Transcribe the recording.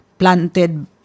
planted